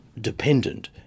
dependent